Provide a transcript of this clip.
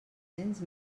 cents